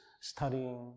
studying